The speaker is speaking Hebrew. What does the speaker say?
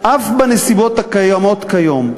"אף בנסיבות הקיימות כיום,